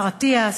השר אטיאס,